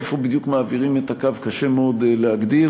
איפה בדיוק מעבירים את הקו, קשה מאוד להגדיר.